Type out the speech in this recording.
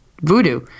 voodoo